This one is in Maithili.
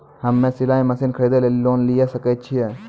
हम्मे सिलाई मसीन खरीदे लेली लोन लिये सकय छियै?